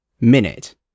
Minute